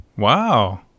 Wow